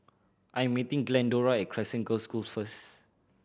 I'm meeting Glendora Crescent Girls' School first